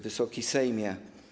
Wysoki Sejmie!